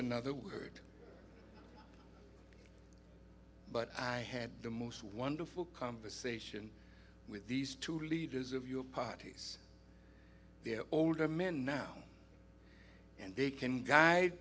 another word but i had the most wonderful conversation with these two leaders of your parties the older men now and they can gu